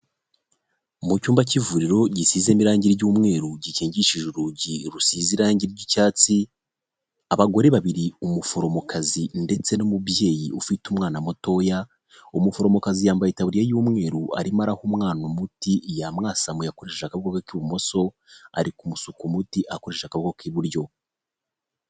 Mu cyumba cy'ivuriro gisizemo irangi ry'umweru gikingishije urugi rusize irangi ry'icyatsi, abagore babiri umuforomokazi ndetse n'umubyeyi ufite umwana mutoya, umuforomokazi yambaye itaburiya y'umweru arimo araha umwana umuti yamwasamu yakoresha agako ke k'ibumoso, ari kumusuka umuti akoresha akabo ke k'iburyo.